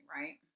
right